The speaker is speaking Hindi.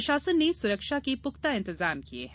प्रशासन ने सुरक्षा के पुख्ता इंतजाम किये हैं